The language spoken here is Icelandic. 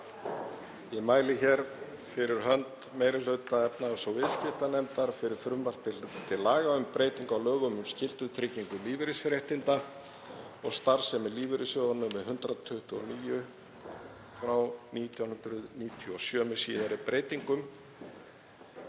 Ég mæli hér fyrir hönd meiri hluta efnahags- og viðskiptanefndar fyrir frumvarpi til laga um breytingu á lögum um skyldutryggingu lífeyrisréttinda og starfsemi lífeyrissjóða, nr. 129/1997, með síðari breytingum.